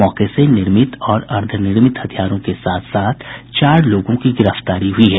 मौके से निर्मित और अर्द्वनिर्मित हथियारों के साथ साथ चार लोगों की गिरफ्तारी हुई है